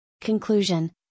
Conclusion